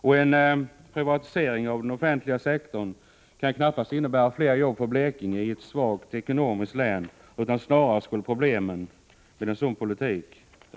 En sådan privatisering kan knappast innebära fler jobb för Blekinge, ett ekonomiskt svagt län, utan snarare skulle problemen öka med en sådan politik.